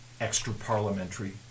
extra-parliamentary